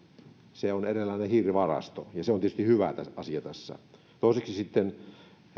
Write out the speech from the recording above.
se on eräänlainen hiilivarasto ja se on tietysti hyvä asia tässä toiseksi sitten